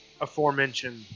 aforementioned